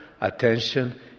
attention